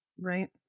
Right